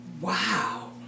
Wow